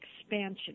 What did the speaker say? expansion